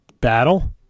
Battle